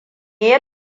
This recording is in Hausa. ya